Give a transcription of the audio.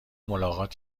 ملاقات